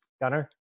gunner